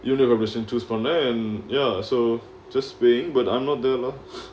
university leh உள்ளது:ullathu choose பண்ண:panna ya so just being but I'm not there lah